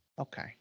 Okay